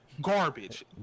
garbage